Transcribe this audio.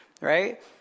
right